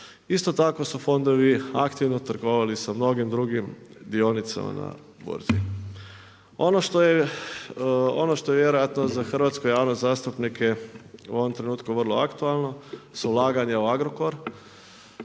Isto tako su fondovi aktivno trgovali sa mnogim drugim dionicama na burzi. Ono što je vjerojatno za hrvatsku javnost zastupnike u ovom trenutku vrlo aktualno su ulaganja u Agrokor.